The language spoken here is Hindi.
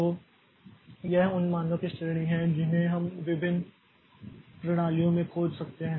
तो यह उन मानों की श्रेणी है जिन्हें हम विभिन्न प्रणालियों में खोज सकते हैं